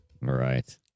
right